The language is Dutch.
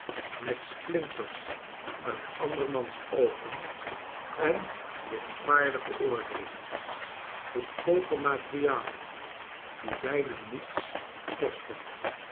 met splinters uit andermans oogen en lichtvaardige oordeelen goedkoope materialen die bijna niets kosten